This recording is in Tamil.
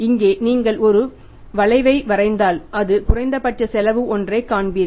இங்கே நீங்கள் ஒரு வளைவை வரைந்தால் அது குறைந்தபட்ச செலவு ஒன்றை காண்பீர்கள்